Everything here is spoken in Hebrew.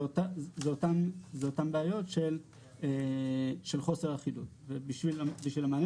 אלו אותן בעיות של חוסר אחידות ובשביל המענה